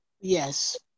Yes